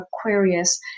Aquarius